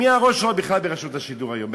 מי הראש שלו בכלל ברשות השידור היום,